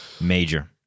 major